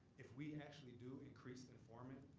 if we actually do increase the enforcement,